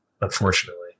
Unfortunately